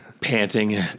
panting